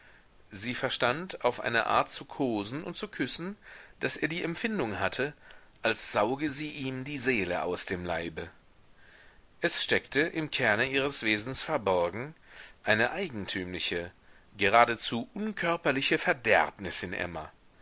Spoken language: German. sie verstand auf eine art zu kosen und zu küssen daß er die empfindung hatte als sauge sie ihm die seele aus dem leibe es steckte im kerne ihres wesens verborgen eine eigentümliche geradezu unkörperliche verderbnis in emma